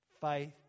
faith